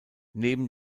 neben